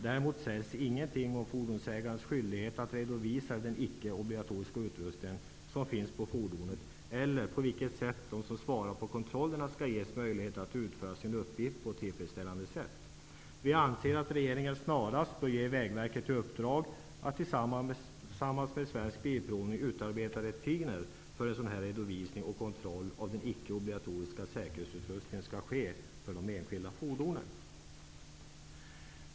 Däremot sägs det ingenting om fordonsägares skyldighet att redovisa den icke obligatoriska utrustningen på fordonet eller på vilket sätt de som svarar för kontrollerna skall ges möjlighet att utföra sin uppgift på ett tillfredsställande sätt. Vi anser att regeringen snarast bör ge Vägverket i uppdrag att tillsammans med AB Svensk Bilprovning utarbeta rutiner för hur redovisning och kontroll av den icke obligatoriska säkerhetsutrustningen skall ske avseende de enskilda fordonen.